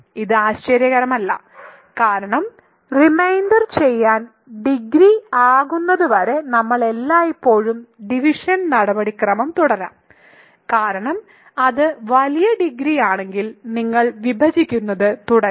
ഇത് ആശ്ചര്യകരമല്ല കാരണം റിമൈൻഡർ ചെറിയ ഡിഗ്രി ആകുന്നതുവരെ നമ്മൾക്ക് എല്ലായ്പ്പോഴും ഡിവിഷൻ നടപടിക്രമം തുടരാം കാരണം അത് വലിയ ഡിഗ്രിയാണെങ്കിൽ നിങ്ങൾ വിഭജിക്കുന്നത് തുടരാം